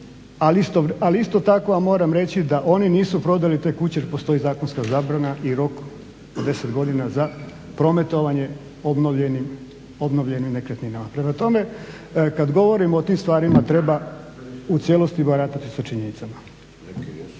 Ali isto tako vam moram reći da oni nisu prodali te kuće jer postoji zakonska zabrana i rok od 10 za prometovanje obnovljenim nekretninama. Prema tome, kad govorimo o tim stvarima treba u cijelosti baratati sa činjenica.